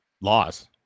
Loss